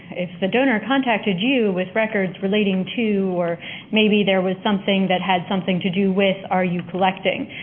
if the donor contacted you with records relating to or maybe there was something that had something to do with are you collecting.